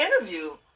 interview